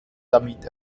damit